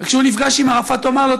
וכשהוא נפגש עם ערפאת הוא אמר לו,